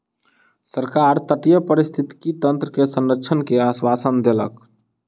सरकार तटीय पारिस्थितिकी तंत्र के संरक्षण के आश्वासन देलक